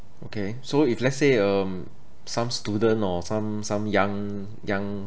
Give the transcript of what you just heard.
okay so if let's say um some student or some some young young